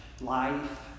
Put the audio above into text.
life